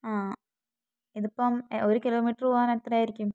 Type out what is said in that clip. ആ ഇതിപ്പം ഒരു കിലോമീറ്റർ പോകാൻ എത്ര ആയിരിക്കും